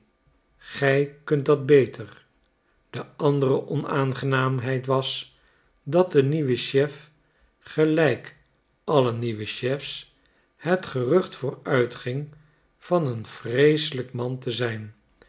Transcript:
gij kunt dat beter de andere onaangenaamheid was dat den nieuwen chef gelijk alle nieuwe chefs het gerucht vooruitging van een vreeselijk man te zijn